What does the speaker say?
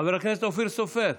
חבר הכנסת אופיר סופר,